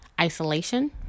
Isolation